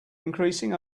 increasing